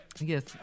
Yes